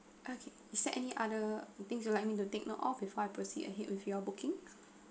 okay is there any other things you like me to take note of before I proceed ahead with your booking